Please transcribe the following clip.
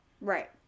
Right